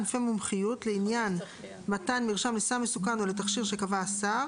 ענפי מומחיות לעניין מתן מרשם לסם מסוכן או לתכשיר שקבע השר